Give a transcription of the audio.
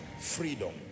Freedom